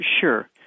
Sure